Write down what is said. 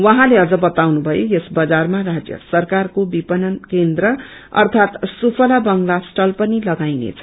उहाँले अझ बताउनुथयो यस बजारमा राज्य सरकारको विपणन केन्द्र अर्थात सुफ्ता बांग्ला स्टल पनि लागाईनेछ